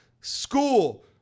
School